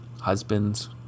husbands